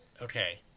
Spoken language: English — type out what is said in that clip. okay